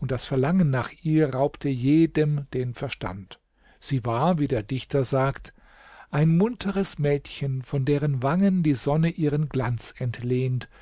und das verlangen nach ihr raubte jedem den verstand sie war wie der dichter sagt ein munteres mädchen von deren wangen die sonne ihren glanz entlehnt